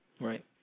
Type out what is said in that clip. Right